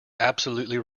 absolutely